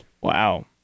Wow